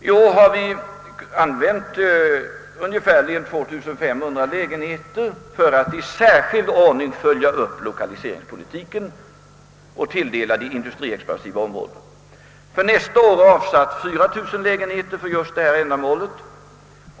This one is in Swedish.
I år har vi avsatt ungefär 2 500 lägenheter för att i särskild ordning följa upp lokaliseringspolitiken och tilldelat dem till de industriexpansiva områdena. För nästa år har vi avsatt 4000 lägenheter för just detta ändamål.